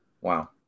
Wow